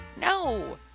No